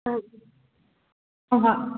ꯑꯪ ꯑꯍꯣꯏ